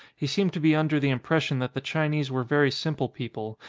he seemed to be under the impression that the chinese were very simple people,